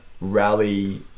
rally